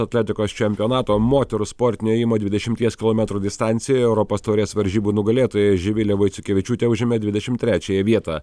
atletikos čempionato moterų sportinio ėjimo dvidešimties kilometrų distancijoj europos taurės varžybų nugalėtoja živilė vaiciukevičiūtė užėmė dvidešim trečiąją vietą